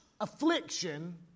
affliction